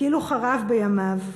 כאילו חרב בימיו.